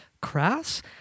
Crass